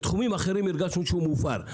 בתחומים אחרים הרגשנו שהוא מופר.